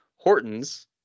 Horton's